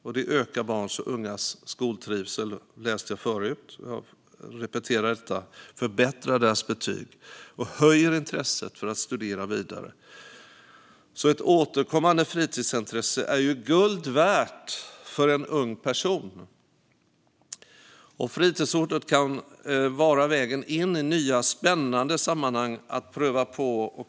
Det ökar också barns och ungas skoltrivsel, förbättrar deras betyg och höjer intresset för att studera vidare. Ett återkommande fritidsintresse är alltså guld värt för en ung person. Fritidskortet kan vara vägen in i nya, spännande sammanhang att pröva på.